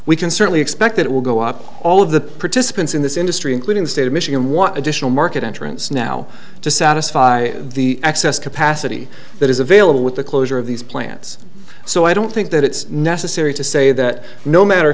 we can certainly expect that it will go up all of the participants in this industry including the state of michigan want additional market entrants now to satisfy the excess capacity that is available with the closure of these plants so i don't think that it's necessary to say that no matter